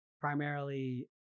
primarily